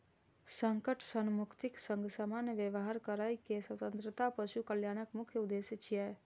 संकट सं मुक्तिक संग सामान्य व्यवहार करै के स्वतंत्रता पशु कल्याणक मुख्य उद्देश्य छियै